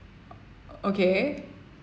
o~ okay